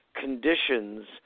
conditions